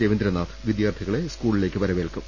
രവീന്ദ്രനാഥ് വിദ്യാർത്ഥികളെ സ്കൂളിലേക്ക് വരവേൽക്കും